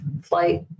flight